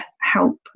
help